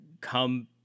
come